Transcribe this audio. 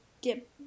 get